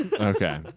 Okay